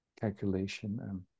calculation